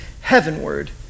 heavenward